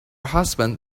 husband